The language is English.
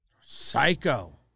psycho